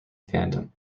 fandom